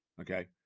okay